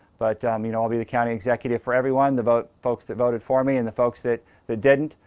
but i ah mean all the the county executive for everyone, the vote folks that voted for me and the folks that the dead. and